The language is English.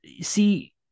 see